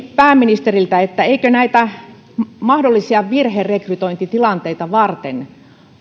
pääministeriltä eikö näitä mahdollisia virherekrytointitilanteita varten